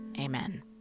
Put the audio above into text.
Amen